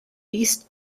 east